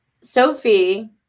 Sophie